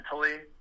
mentally